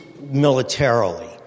militarily